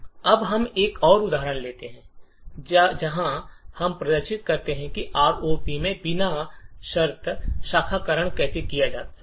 अब हम एक और उदाहरण लेते हैं जहाँ हम प्रदर्शित करते हैं कि ROP में बिना शर्त शाखाकरण कैसे किया जा सकता है